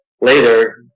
later